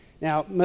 Now